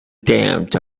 damned